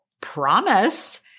promise